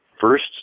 first